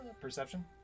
Perception